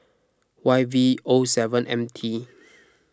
Y V O seven M T